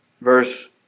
Verse